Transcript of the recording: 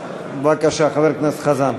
בבקשה, חבר הכנסת חזן.